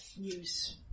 news